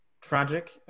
tragic